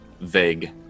vague